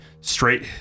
straight